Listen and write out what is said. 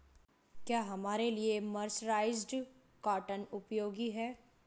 क्या हमारे लिए मर्सराइज्ड कॉटन उपयोगी है?